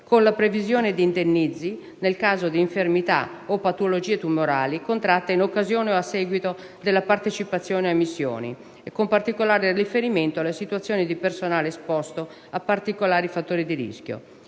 con la previsione di indennizzi nel caso di infermità o patologie tumorali contratte in occasione o a seguito della partecipazione a missioni, con particolare riferimento alle situazioni di personale esposto a particolari fattori di rischio.